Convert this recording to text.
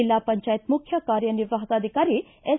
ಜಿಲ್ಲಾ ಪಂಚಾಯತ ಮುಖ್ಯ ಕಾರ್ಯ ನಿರ್ವಾಹಕ ಅಧಿಕಾರಿ ಎಸ್